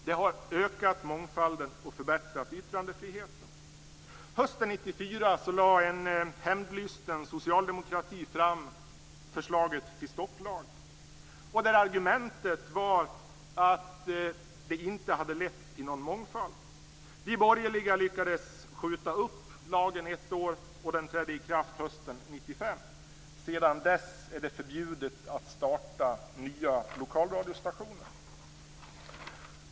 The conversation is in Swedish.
Det har ökat mångfalden och förbättrat yttrandefriheten. Hösten 1994 lade en hämdlysten socialdemokrati fram förslaget till stopplag. Argumentet var att man inte hade fått någon mångfald. De borgerliga lyckades skjuta upp lagen ett år, och den trädde i kraft hösten 1995. Sedan dessa är det förbjudet att starta nya lokalradiostationer.